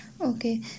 Okay